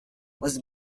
was